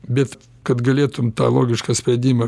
bet kad galėtum tą logišką sprendimą